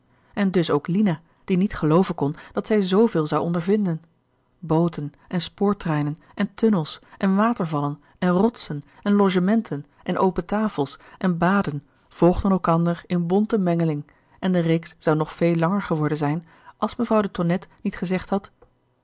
en dus ook lina die niet gelooven kon dat zij zveel zou ondervinden booten en spoortreinen en tunnels en watervallen en rotsen en logementen en open tafels en baden volgden elkander in bonte mengeling en de reeks zou nog veel langer geworden zijn als mevrouw de tonnette niet gezegd had